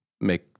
make